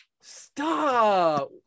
Stop